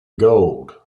gold